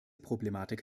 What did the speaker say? problematik